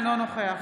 אינו נוכח